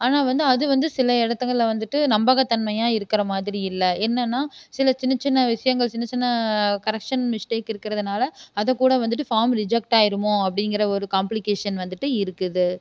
ஆனால் வந்து அது வந்து சில இடத்துங்கள்ல வந்துட்டு நம்பகத்தன்மையாக இருக்கிறமாதிரி இல்லை என்னென்னா சில சின்ன சின்ன விஷயங்கள் சின்ன சின்ன கரெக்ஷன் மிஸ்டேக் இருக்கிறதனால அதை கூட வந்துட்டு ஃபார்ம் ரிஜெக்ட் ஆயிடுமோ அப்படிங்குற ஒரு காம்ப்ளிகேஷன் வந்துட்டு இருக்குது